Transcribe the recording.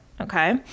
okay